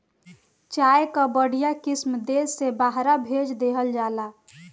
चाय कअ बढ़िया किसिम देस से बहरा भेज देहल जाला